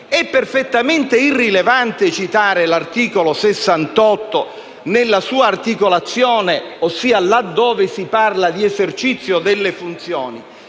è perfettamente irrilevante citare l'articolo 68 nella sua articolazione, ossia laddove si parla di esercizio delle funzioni.